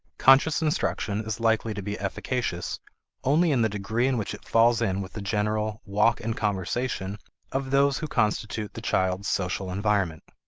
conscious instruction is likely to be efficacious only in the degree in which it falls in with the general walk and conversation of those who constitute the child's social environment.